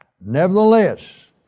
Nevertheless